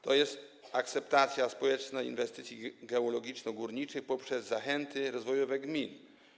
To jest akceptacja społeczna inwestycji geologiczno-górniczych poprzez zachęty do rozwoju gmin.